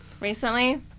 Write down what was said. Recently